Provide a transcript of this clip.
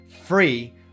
free